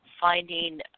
finding